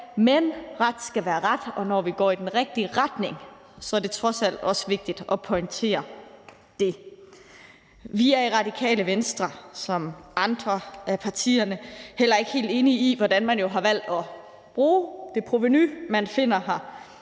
Men ret skal være ret, og når vi går i den rigtige retning, er det trods alt også vigtigt at pointere det. Vi er i Radikale Venstre ligesom andre af partierne heller ikke helt enige i, hvordan man har valgt at bruge det provenu, man finder her,